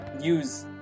use